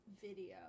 video